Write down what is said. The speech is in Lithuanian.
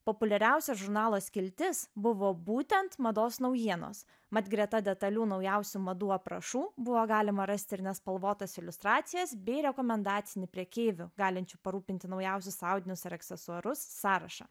populiariausia žurnalo skiltis buvo būtent mados naujienos mat greta detalių naujausių madų aprašų buvo galima rasti ir nespalvotas iliustracijas bei rekomendacinį prekeivių galinčių parūpinti naujausius audinius ar aksesuarus sąrašą